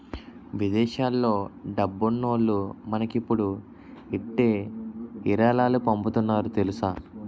విదేశాల్లో డబ్బున్నోల్లు మనకిప్పుడు ఇట్టే ఇరాలాలు పంపుతున్నారు తెలుసా